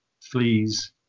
fleas